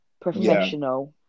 professional